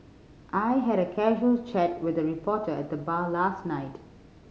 I had a casual chat with a reporter at the bar last night